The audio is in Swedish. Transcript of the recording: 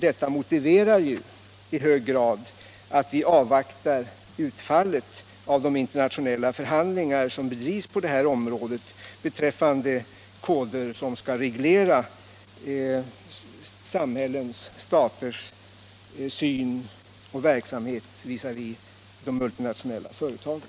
Detta motiverar ju i hög grad att vi avvaktar utfallet av de internationella förhandlingar som bedrivs på det här området beträffande koder som skall reglera samhällets och staternas syn och verksamhet visavi de multinationella företagen.